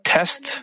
Test